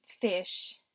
fish